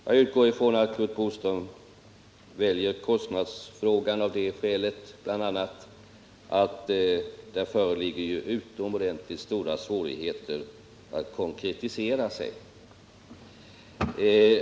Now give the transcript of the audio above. Jag utgår ifrån att Curt Boström väljer kostnadsfrågan bl.a. av det skälet att det där föreligger utomordentligt stora svårigheter att konkretisera sig.